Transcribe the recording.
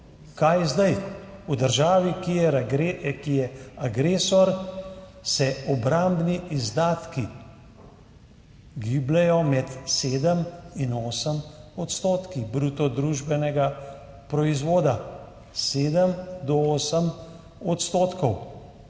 Kaj zdaj? V državi, ki je agresor, se obrambni izdatki gibljejo med 7 in 8 % bruto družbenega proizvoda. 7 do 8 %.